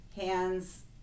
hands